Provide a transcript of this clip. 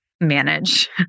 manage